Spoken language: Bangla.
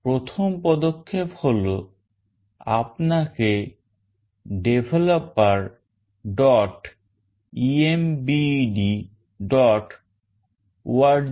প্রথম পদক্ষেপ হল আপনাকে developerembedorg এ যেতে হবে